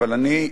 אבל אני,